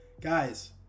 guys